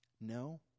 No